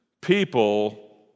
people